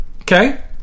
okay